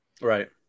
Right